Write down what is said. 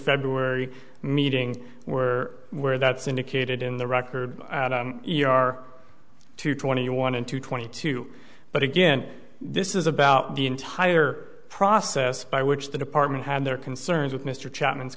february meeting were where that's indicated in the record are two twenty one and two twenty two but again this is about the entire process by which the department had their concerns with mr cha